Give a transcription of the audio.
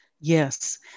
Yes